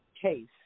case